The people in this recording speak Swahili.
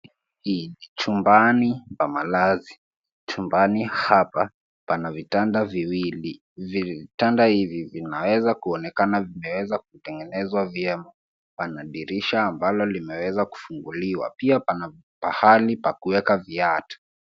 Hii ni chumbani pa malazi. Chumbani hapa pana vitanda viwili. Vitanda hivi vinaweza kuonekana vimeweza kutengenezwa vyema. Pana dirisha ambalo limeweza kufunguliwa. Pia pana pahali pa kuweka viatu.